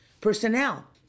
personnel